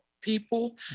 people